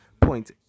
point